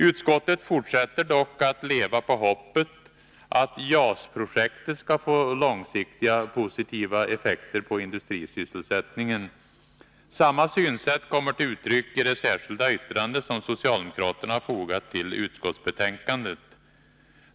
Utskottet fortsätter dock att leva på hoppet att JAS-projektet skall få långsiktiga positiva effekter på industrisysselsättningen. Samma synsätt kommer till uttryck i det särskilda yttrande som socialdemokraterna fogat till utskottsbetänkandet.